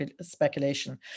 speculation